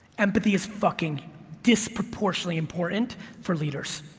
empathy is fucking disproportionately important for leaders,